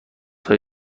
های